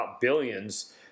billions